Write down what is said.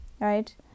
right